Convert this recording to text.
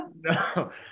No